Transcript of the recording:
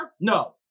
No